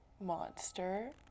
monster